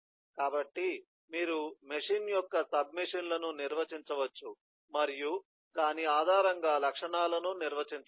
కాబట్టి మీరు మెషిన్ యొక్క సబ్ మెషిన్ లను నిర్వచించవచ్చు మరియు దాని ఆధారంగా లక్షణాలను నిర్వచించవచ్చు